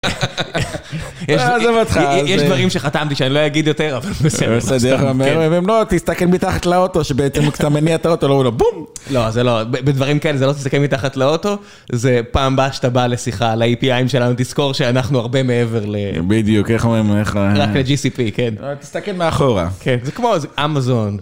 עזוב אותך, יש דברים שחתמתי שאני לא אגיד יותר אבל בסדר בסדר אם לא תסתכל מתחת לאוטו שבאמת אתה מניע את האוטו לא בום, לא זה לא בדברים כאלה זה לא תסתכל מתחת לאוטו, זה פעם באה שאתה בא לשיחה על אי פי איים שלנו תזכור שאנחנו הרבה מעבר ל... בדיוק איך אומרים לך רק לג'י.סי.פי כן תסתכל מאחורה כמו אמזון.